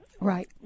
Right